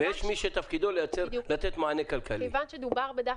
ויש מי שתפקידו לתת מענה כלכלי.